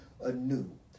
anew